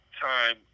time